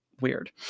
Weird